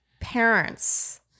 parents